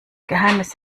geheimnis